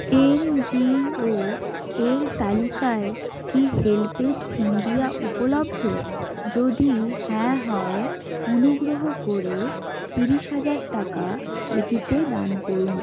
NGO এর তালিকায় কি হেল্পেজ ইন্ডিয়া উপলব্ধ যদি হ্যাঁ হয় অনুগ্রহ করে ত্রিশ হাজার টাকা এটিতে দান করুন